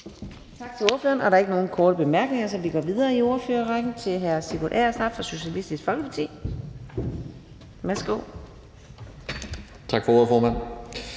Tak til ordføreren. Der er ikke nogen korte bemærkninger, så vi går videre i ordførerrækken til hr. Sigurd Agersnap fra Socialistisk Folkeparti. Værsgo. Kl. 15:34 (Ordfører)